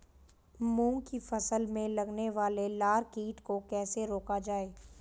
मूंग की फसल में लगने वाले लार कीट को कैसे रोका जाए?